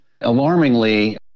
alarmingly